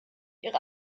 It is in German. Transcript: ihre